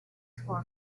for